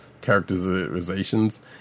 characterizations